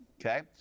okay